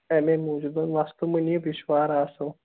اَمے موٗجوٗب وَستہٕ مُنیٖب یہِ چھُ واریاہ اَصٕل